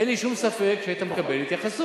אין לי שום ספק שהיית מקבל התייחסות.